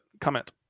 comment